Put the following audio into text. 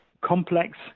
complex